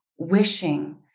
wishing